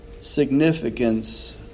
significance